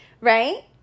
right